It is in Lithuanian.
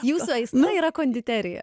jūsų aistra yra konditerija